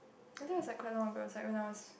I think was like quite long ago was like when I was